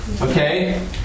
Okay